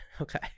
Okay